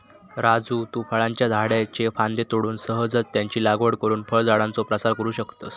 राजू तु फळांच्या झाडाच्ये फांद्ये तोडून सहजच त्यांची लागवड करुन फळझाडांचो प्रसार करू शकतस